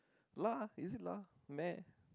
lah is it lah meh